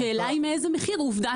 השאלה היא מאיזה מחיר.